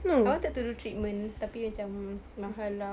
I wanted to do treatment tapi macam mahal lah